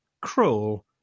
cruel